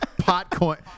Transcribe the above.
Potcoin